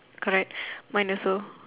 correct mine also